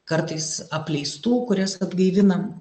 kartais apleistų kurias atgaivinam